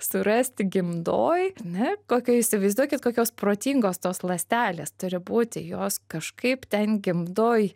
surasti gimdoj ane kokioj įsivaizduokit kokios protingos tos ląstelės turi būti jos kažkaip ten gimdoj